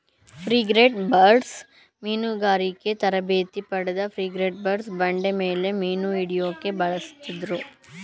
frigatebirds ಮೀನುಗಾರಿಕೆ ತರಬೇತಿ ಪಡೆದ ಫ್ರಿಗೇಟ್ಬರ್ಡ್ನ ಬಂಡೆಮೇಲೆ ಮೀನುಹಿಡ್ಯೋಕೆ ಬಳಸುತ್ತಿದ್ರು